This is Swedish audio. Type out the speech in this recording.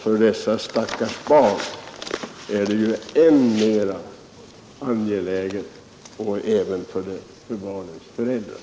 För dessa stackars barn och för deras föräldrar är denna fråga oerhört angelägen.